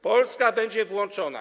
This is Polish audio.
Polska będzie włączona.